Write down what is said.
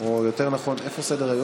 הוא חוזר, שהמעסיק יקבל את המענק.